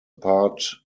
part